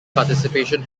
participation